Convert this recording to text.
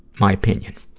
my opinion.